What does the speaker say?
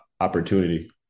opportunity